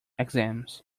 exams